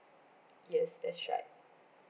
yes that's right